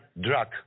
drug